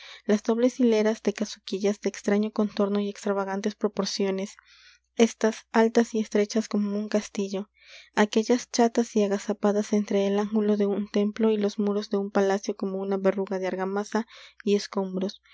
las dobles hileras de casuquillas de extraño contorno y extravagantes proporciones éstas altas y estrechas como un castillo aquéllas chatas y agazapadas entre el ángulo de un templo y los muros de un palacio como una verruga de argamasa y escombros